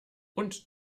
und